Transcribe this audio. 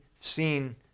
seen